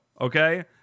okay